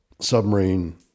submarine